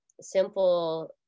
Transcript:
simple